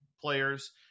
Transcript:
players